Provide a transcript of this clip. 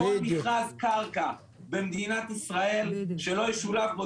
כל מכרז קרקע במדינת ישראל שלא ישולב בו